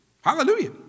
Hallelujah